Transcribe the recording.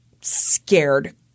scared